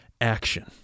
action